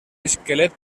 esquelet